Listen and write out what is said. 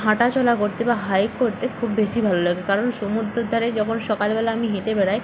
হাঁটাচলা করতে বা হাইক করতে খুব বেশি ভালো লাগে কারণ সমুদ্রের ধারে যখন সকালবেলা আমি হেঁটে বেড়াই